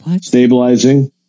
stabilizing